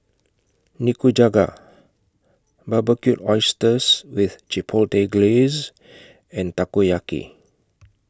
Nikujaga Barbecued Oysters with Chipotle Glaze and Takoyaki